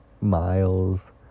Miles